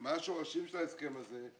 מה השורשים של ההסכם הזה?